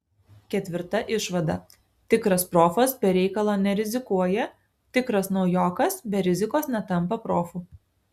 ketvirta išvada tikras profas be reikalo nerizikuoja tikras naujokas be rizikos netampa profu